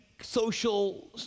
social